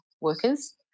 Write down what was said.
workers